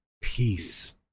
peace